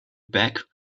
back